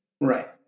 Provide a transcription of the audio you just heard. Right